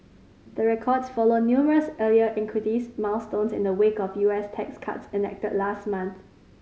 the records follow numerous earlier equities milestones in the wake of U S tax cuts enacted last month